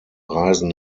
reisen